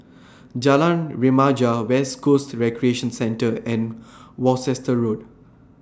Jalan Remaja West Coast Recreation Centre and Worcester Road